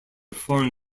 foreign